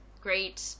great